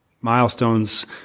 milestones